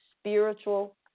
spiritual